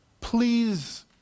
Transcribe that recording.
Please